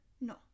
No